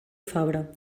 fabra